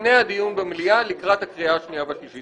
לפני הדיון במליאה לקראת הקריאה השניה והשלישית.